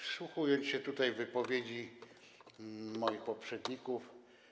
Wsłuchuję się tutaj w wypowiedzi moich poprzedników.